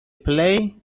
play